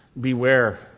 beware